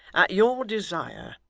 at your desire,